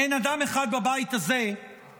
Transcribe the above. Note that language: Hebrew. אין אדם אחד בבית הזה שחושב,